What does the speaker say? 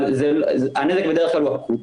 אבל בדרך כלל הוא אקוטי,